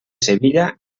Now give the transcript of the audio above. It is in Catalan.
sevilla